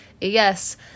Yes